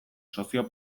sozio